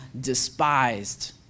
despised